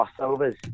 crossovers